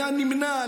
היה נמנע,